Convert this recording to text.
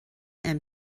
and